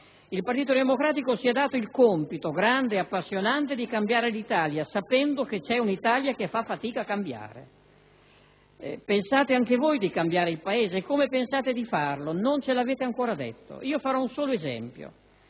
Il Partito Democratico si è dato il compito grande e appassionante di cambiare l'Italia, sapendo che c'è un Italia che fa fatica a cambiare. Pensate anche voi di cambiare il Paese? Come pensate di farlo? Non ce lo avete ancora detto. Citerò un solo esempio: